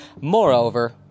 Moreover